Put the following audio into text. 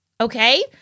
okay